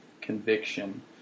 conviction